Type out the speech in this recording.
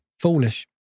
foolish